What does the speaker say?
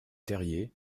terriers